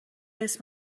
اسم